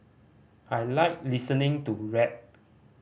I like listening to rap